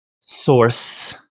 source